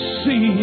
see